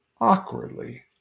Awkwardly